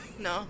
no